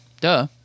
Duh